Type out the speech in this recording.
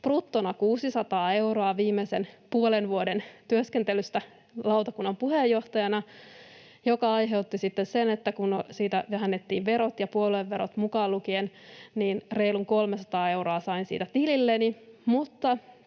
bruttona 600 euroa viimeisen puolen vuoden työskentelystä lautakunnan puheenjohtajana, mikä aiheutti sitten sen, että kun siitä vähennettiin verot, puolueverot mukaan lukien, niin reilun 300 euroa sain siitä tililleni,